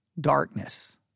darkness